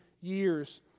years